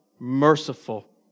merciful